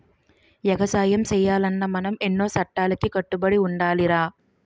ఎగసాయం సెయ్యాలన్నా మనం ఎన్నో సట్టాలకి కట్టుబడి ఉండాలిరా